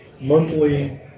monthly